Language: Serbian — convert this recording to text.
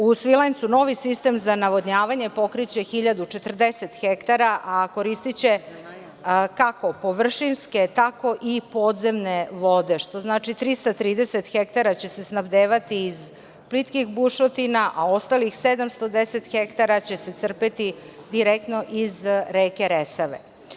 U Svilajncu novi sistem za navodnjavanje pokreće 1.040 hektara, a koristiće kako površinske, tako i podzemne vode, što znači 330 hektara će se snabdevati iz plitkih bušotina, a ostalih 710 hektara će se crpeti direktno iz reke Resave.